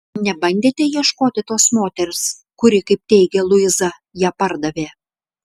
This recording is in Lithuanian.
nebandėte ieškoti tos moters kuri kaip teigia luiza ją pardavė